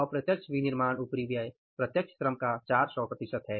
अप्रत्यक्ष विनिर्माण उपरिव्यय प्रत्यक्ष श्रम का 400 प्रतिशत है